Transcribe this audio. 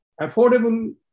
affordable